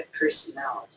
personality